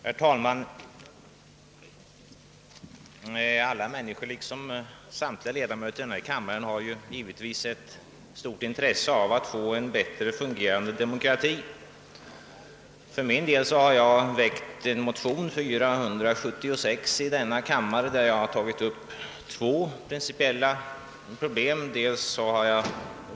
Herr talman! Samtliga ledamöter av denna kammare — liksom medborgarna över huvud taget har givetvis ett stort intresse av att få en bättre fungerande demokrati. För min del har jag väckt en motion, II: 476, där jag tagit upp två principiella problem i sammanhanget.